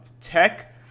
tech